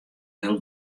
heel